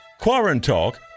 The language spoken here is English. Quarantalk